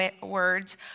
words